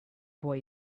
boy